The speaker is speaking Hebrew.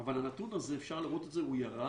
אבל הנתון הזה, אפשר לראות את זה, הוא ירד